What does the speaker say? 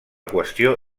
qüestió